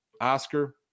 Oscar